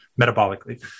metabolically